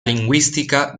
linguistica